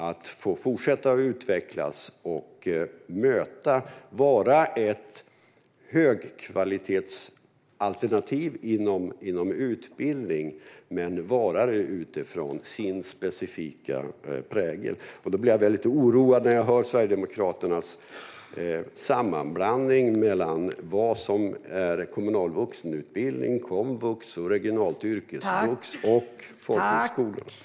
De ska få fortsätta att utvecklas och vara ett högkvalitetsalternativ inom utbildning, men utifrån sin specifika prägel. Jag blir väldigt oroad när jag hör Sverigedemokraternas sammanblandning mellan kommunal vuxenutbildning - komvux - regionalt yrkesvux och folkhögskolor.